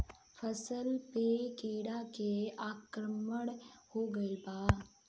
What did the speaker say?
फसल पे टीडा के आक्रमण हो गइल बा?